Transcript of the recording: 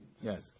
Yes